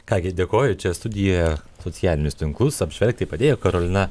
ką gi dėkoju čia studijoje socialinius tinklus apžvelgti padėjo karolina